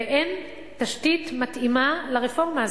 ואין תשתית מתאימה לרפורמה הזאת.